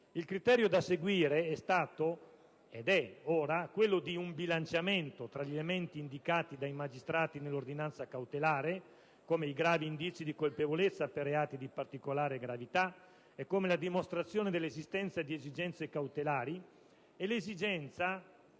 Il criterio da seguire è stato ed è tuttora quello di un bilanciamento tra gli elementi indicati dai magistrati nell'ordinanza cautelare, come il grave indizio di colpevolezza per reati di particolare gravità e la dimostrazione dell'esistenza di esigenze cautelari, e l'esigenza